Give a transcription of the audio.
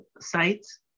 sites